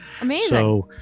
Amazing